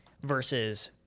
versus